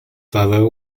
father